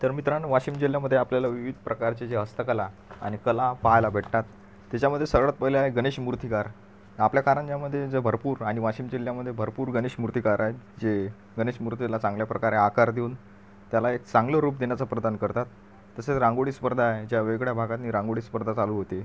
तर मित्रांनो वाशिम जिल्ह्यामध्ये आपल्याला विविध प्रकारची जी हस्तकला आणि कला पाहायला भेटतात त्याच्यामध्ये सगळ्यात पहिले आहे गणेश मूर्तीकार आपल्या कारंजामध्ये जे भरपूर आणि वाशिम जिल्ह्यामध्ये भरपूर गणेश मूर्तीकार आहेत जे गणेश मूर्तीला चांगल्याप्रकारे आकार देऊन त्याला एक चांगलं रूप देण्याचा प्रदान करतात तसेच रांगोळी स्पर्धा आहे ज्या वेगवेगळ्या भागातनी रांगोळी स्पर्धा चालू होते